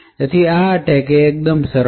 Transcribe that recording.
તેથી આ એટેક એ એકદમ સરળ છે